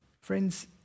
friends